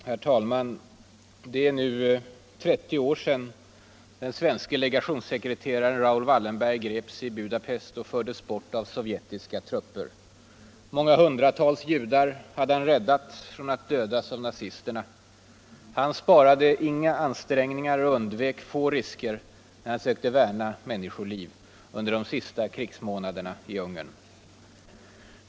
Herr talman! Det är nu 30 år sedan den svenske legationssekreteraren Raoul Wallenberg greps i Budapest och fördes bort av sovjetiska trupper. Många hundratals judar hade han räddat från att dödas av nazisterna. Han sparade inga ansträngningar och undvek få risker när han sökte värna människoliv under de sista krigsmånaderna i Ungern.